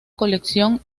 colección